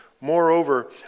Moreover